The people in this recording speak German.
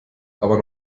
aber